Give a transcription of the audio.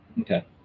Okay